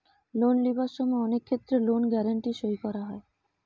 loan লিবার সময় অনেক ক্ষেত্রে লোন গ্যারান্টি সই করা হয়